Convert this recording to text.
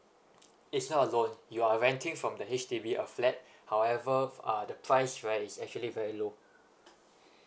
it's not a loan you are renting from the H_D_B a flat however uh the price right is actually very low